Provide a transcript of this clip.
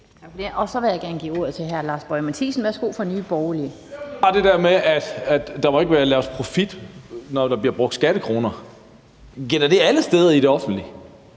Borgerlige. Værsgo. Kl. 11:49 Lars Boje Mathiesen (NB): Det er bare til det der med, at der ikke må laves profit, når der bliver brugt skattekroner. Gælder det alle steder i det offentlige?